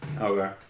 Okay